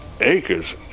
acres